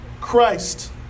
Christ